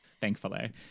thankfully